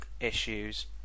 issues